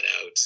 out